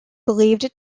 believed